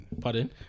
Pardon